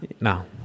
No